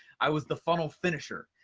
i was the funnel finisher.